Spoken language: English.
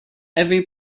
every